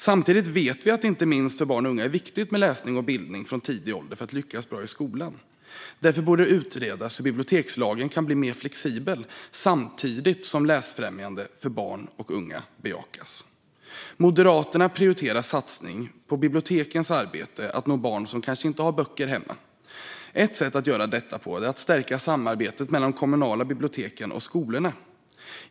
Samtidigt vet vi att det inte minst för barn och unga är viktigt med läsning och bildning från tidig ålder för att lyckas bra i skolan. Därför borde det utredas hur bibliotekslagen kan bli mer flexibel samtidigt som läsfrämjande för barn och unga bejakas. Moderaterna prioriterar satsningar på bibliotekens arbete med att nå barn som kanske inte har böcker hemma. Ett sätt att göra detta på är att stärka samarbetet mellan de kommunala biblioteken och skolorna.